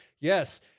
Yes